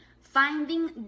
finding